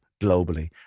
globally